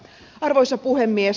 arvoisa puhemies